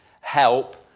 help